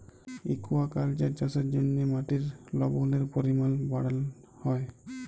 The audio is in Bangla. একুয়াকাল্চার চাষের জ্যনহে মাটির লবলের পরিমাল বাড়হাল হ্যয়